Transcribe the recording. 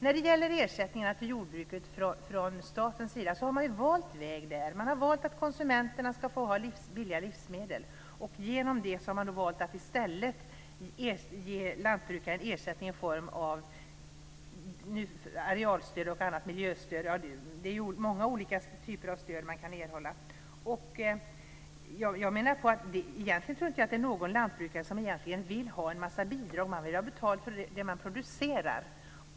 När det gäller ersättningar till jordbruket från statens sida har man valt väg. Man har valt att konsumenterna ska få billiga livsmedel, och man har valt att ge den enskilde lantbrukaren ersättning i form av arealstöd och annat miljöstöd. Man kan erhålla många olika typer av stöd. Jag tror inte att någon lantbrukare egentligen vill ha en massa bidrag. Man vill ha betalt för det som man producerar.